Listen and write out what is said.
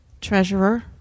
Treasurer